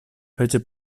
fece